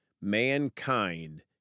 mankind